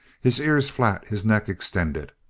his ears flat, his neck extended.